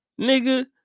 Nigga